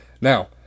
Now